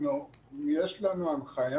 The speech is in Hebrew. יש לנו הנחיה.